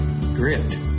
grit